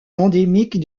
endémique